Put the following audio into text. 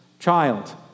Child